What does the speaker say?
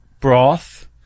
broth